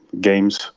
games